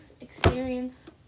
experience